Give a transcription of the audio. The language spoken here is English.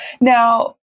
Now